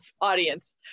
audience